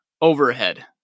overhead